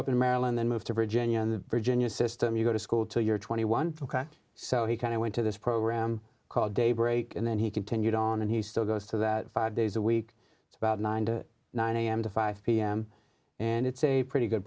up in maryland then moved to virginia and virginia system you go to school till you're twenty one so he kind of went to this program called daybreak and then he continued on and he still goes to that five days a week it's about nine to nine am to five pm and it's a pretty good